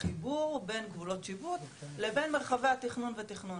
לחיבור בין גבולות שיפוט לבין מרחבי התכנון ותכנון.